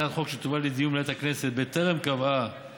הצעת חוק שתובא לדיון במליאת הכנסת בטרם קבעה